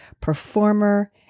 performer